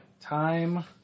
Time